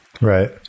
Right